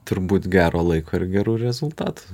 turbūt gero laiko ir gerų rezultatų